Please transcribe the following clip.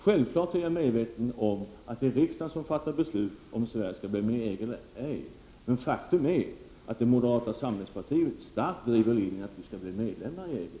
Självfallet är jag medveten om att det är riksdagen som fattar beslut om Sverige skall gå med i EG eller ej, men faktum är att moderata samlingspartiet starkt driver linjen att Sverige skall bli medlem i EG.